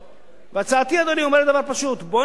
אומרת דבר פשוט: בוא נבטל את הפטור הזה.